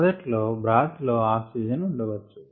మొదట్లో బ్రాత్ లో ఆక్సిజన్ ఉండచ్చు